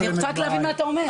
אני רוצה להבין רק מה אתה אומר.